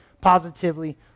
positively